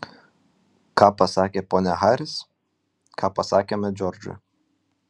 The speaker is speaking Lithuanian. ką pasakė ponia haris ką pasakėme džordžui